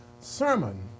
sermon